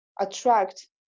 attract